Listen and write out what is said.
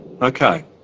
Okay